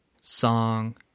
song